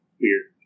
weird